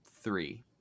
three